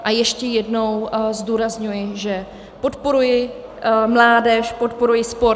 A ještě jednou zdůrazňuji, že podporuji mládež, podporuji sport.